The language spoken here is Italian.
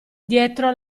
dietro